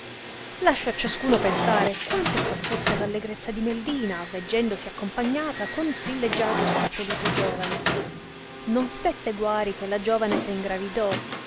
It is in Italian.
ciascuno pensare quanta e qual fusse l'allegrezza di meidina veggendosi accompagnata con sì leggiadro e sì polito giovane non stette guari che la giovane se ingravidò